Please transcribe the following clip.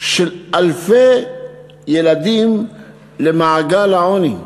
של אלפי ילדים למעגל העוני,